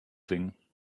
singen